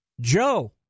Joe